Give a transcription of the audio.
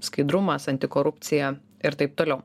skaidrumas antikorupcija ir taip toliau